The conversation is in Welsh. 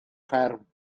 fferm